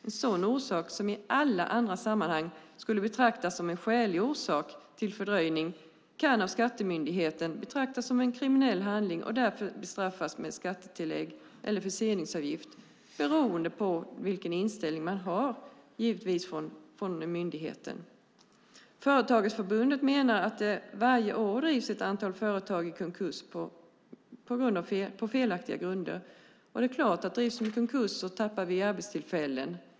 En sådan orsak, som i alla andra sammanhang skulle betraktas som en skälig orsak till fördröjning, kan av skattemyndigheten betraktas som en kriminell handling och därför straffas med skattetillägg eller förseningsavgift, beroende på vilken inställning man har från myndighetens sida givetvis. Företagarförbundet menar att det varje år drivs ett antal företag i konkurs på felaktiga grunder. Det är klart att drivs de i konkurs tappar vi arbetstillfällen.